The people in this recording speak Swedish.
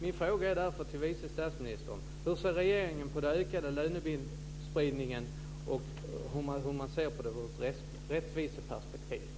Min fråga är därför till vice statsministern: Hur ser regeringen på den ökade lönespridningen ur ett rättviseperspektiv?